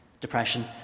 depression